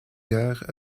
guerres